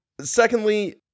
Secondly